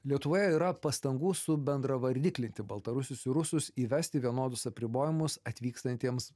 lietuvoje yra pastangų subendravardiklinti baltarusius ir rusus įvesti vienodus apribojimus atvykstantiems